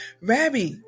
Rabbi